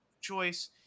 choice